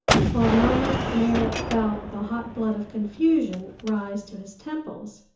for a moment merrit felt the hot blood of confusion rise to his temples.